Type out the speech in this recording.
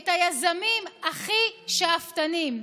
את היזמים הכי שאפתנים,